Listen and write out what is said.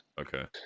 okay